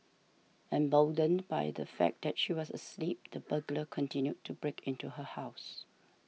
emboldened by the fact that she was asleep the burglar continued to break into her house